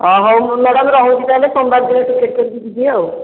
ଅ ହେଉ ମ୍ୟାଡ଼ାମ ରହୁଛି ତା'ହେଲେ ସୋମବାର ଦିନ ଯିବି ଆଉ